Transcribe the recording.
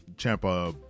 Champa